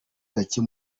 gacye